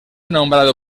nombrado